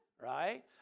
right